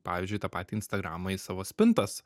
pavyzdžiui tą patį instagramą į savo spintas